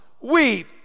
weep